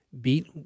beat